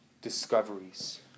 discoveries